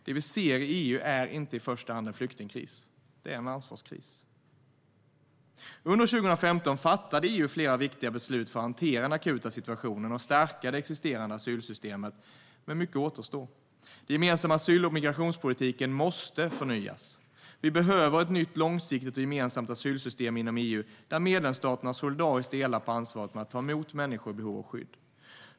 Det vi ser i EU är inte i första hand en flyktingkris - det är en ansvarskris. Under 2015 fattade EU flera viktiga beslut för att hantera den akuta situationen och stärka det existerande asylsystemet, men mycket återstår. Den gemensamma asyl och migrationspolitiken måste förnyas. Vi behöver ett nytt, långsiktigt och gemensamt asylsystem inom EU, där medlemsstaterna solidariskt delar på ansvaret att ta emot människor i behov av skydd.